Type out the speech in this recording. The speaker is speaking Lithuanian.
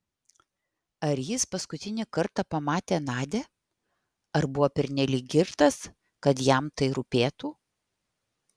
ar jis paskutinį kartą pamatė nadią ar buvo pernelyg girtas kad jam tai rūpėtų